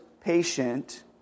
patient